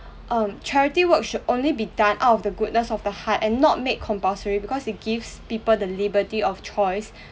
um charity work should only be done out of the goodness of the heart and not made compulsory because it gives people the liberty of choice